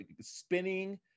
spinning